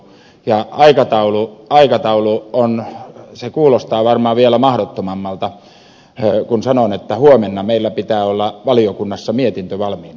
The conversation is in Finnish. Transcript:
ja aikataulu kuulostaa varmaan vielä mahdottomammalta kun sanon että huomenna meillä pitää olla valiokunnassa mietintö valmiina